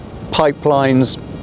pipelines